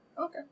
Okay